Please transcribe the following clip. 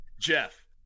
Jeff